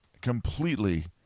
completely